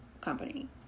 company